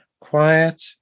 quiet